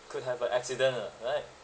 could have a accident ah right